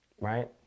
Right